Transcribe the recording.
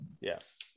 Yes